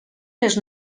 les